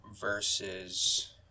versus